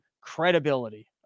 credibility